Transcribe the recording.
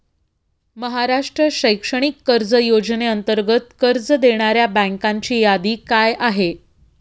महाराष्ट्र शैक्षणिक कर्ज योजनेअंतर्गत कर्ज देणाऱ्या बँकांची यादी काय आहे?